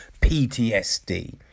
PTSD